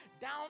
down